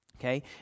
okay